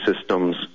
systems